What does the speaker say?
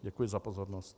Děkuji za pozornost.